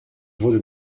wurde